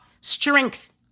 strength